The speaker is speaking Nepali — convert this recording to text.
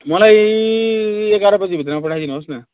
मलाई एघार बजे भित्रमा पठाइदिनु होस् न